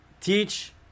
teach